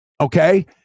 okay